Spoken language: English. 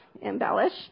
embellish